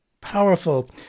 powerful